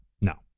no